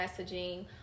messaging